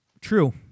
True